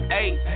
eight